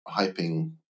hyping